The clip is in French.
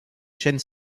chaîne